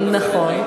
איך אפשר להקים?